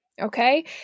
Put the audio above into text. okay